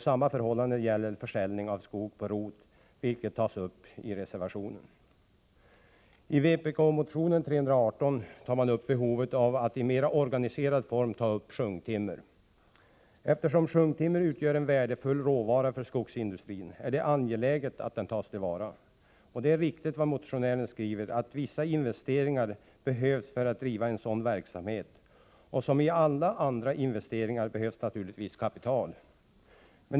Samma förhållande gäller försäljning av skog på rot, som också tas upp i reservation 3. I vpk-motion 318 tar man upp behovet av att i mer organiserad form tillvarata sjunktimmer. Eftersom sjunktimmer utgör en värdefull råvara för skogsindustrin, är det angeläget att det tas till vara. Det är riktigt, som motionären skriver, att vissa investeringar behövs för att bedriva en sådan verksamhet, och som för alla andra investeringar behövs naturligtvis kapital.